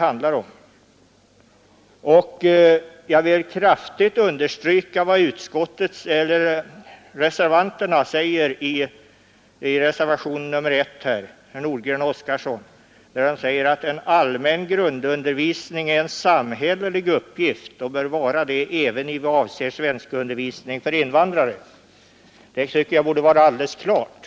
Jag vill kraftigt understryka vad herr Nordgren och herr Oskarson Nr 131 Å Tisdagen den för invandrare”. Det tycker jag borde vara alldeles klart.